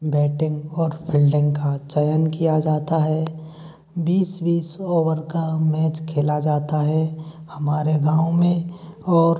batting और fielding का चयन किया जाता है बीस बीस ओवर का मैच खेला जाता है हमारे गाँव में और